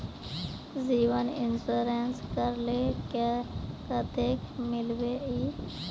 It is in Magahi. जीवन इंश्योरेंस करले कतेक मिलबे ई?